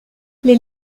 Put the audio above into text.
les